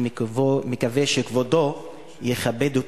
ואני מקווה שכבודו וגם היושב-ראש וכולם יכבדו